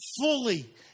fully